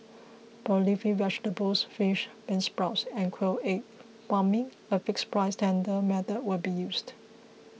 for leafy vegetables fish beansprouts and quail egg farming a fixed price tender method will be used